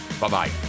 bye-bye